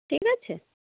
ঠিক আছে